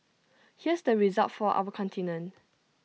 here's the result for our continent